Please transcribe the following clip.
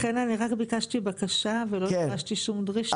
לכן אני רק ביקשתי בקשה ולא דרשתי שום דרישה.